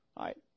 Right